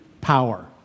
power